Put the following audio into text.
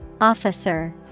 Officer